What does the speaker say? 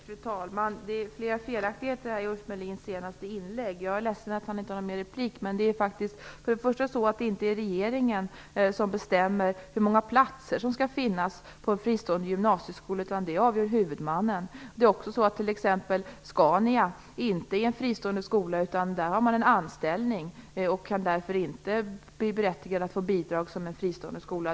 Fru talman! Det var flera felaktigheter i Ulf Melins senaste inlägg. Jag är ledsen att han inte har möjlighet till flera inlägg. Men det är inte regeringen som bestämmer hur många platser som skall finnas i en fristående gymnasieskola, utan det avgör huvudmannen. Scania är t.ex. inte en fristående skola, utan där har eleven en anställning. Därför kan skolan inte bli berättigad till bidrag som en fristående skola.